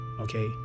okay